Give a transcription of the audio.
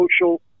social